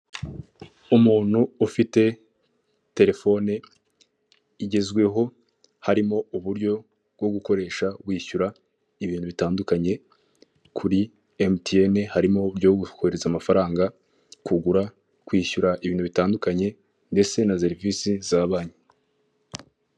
Umuntu ufite telefone igezweho, harimo uburyo bwo gukoresha wishyura ibintu bitandukanye kuri emutiyene, harimo uburyo bwo guhereza amafaranga, kugura, kwishyura ibintu bitandukanye ndetse na serivisi za banki.